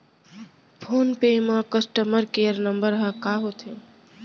Phone पे म customer care number ह का होथे?